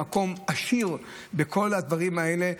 מקום עשיר בכל הדברים האלה,